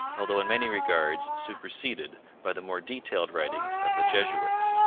although in many regards superseded by the more detailed writings of the jesuits.